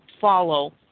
follow